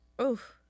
Oof